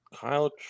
Kyle